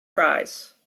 prize